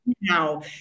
now